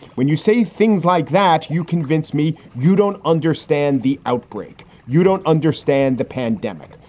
when you say things like that, you convinced me you don't understand the outbreak. you don't understand the pandemic.